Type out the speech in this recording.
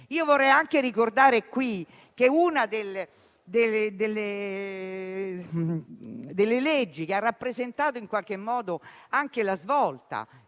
Vorrei ricordare che una delle leggi che ha rappresentato in qualche modo una svolta